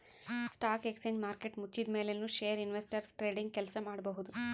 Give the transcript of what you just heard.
stock exchange market ಮುಚ್ಚಿದ್ಮ್ಯಾಲ್ ನು share investors trading ಕೆಲ್ಸ ಮಾಡಬಹುದ್